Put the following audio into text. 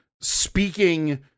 speaking